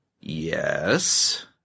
Yes